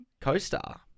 co-star